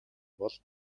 бол